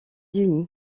unis